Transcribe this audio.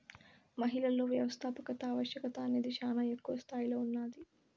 మహిళలలో వ్యవస్థాపకత ఆవశ్యకత అనేది శానా ఎక్కువ స్తాయిలో ఉన్నాది